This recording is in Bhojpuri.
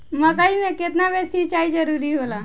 मकई मे केतना बेर सीचाई जरूरी होला?